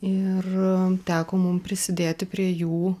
ir teko mum prisidėti prie jų